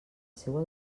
seua